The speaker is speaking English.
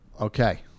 Okay